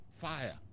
fire